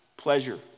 Pleasure